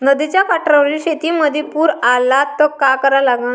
नदीच्या काठावरील शेतीमंदी पूर आला त का करा लागन?